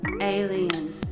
alien